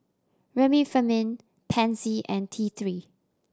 Remifemin Pansy and T Three